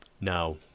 Now